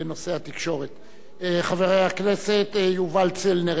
חבר הכנסת יובל צלנר, אינו נוכח,